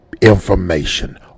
information